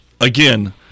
Again